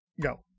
go